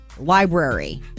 Library